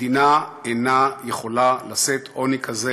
מדינה אינה יכולה לשאת עוני כזה